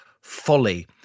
folly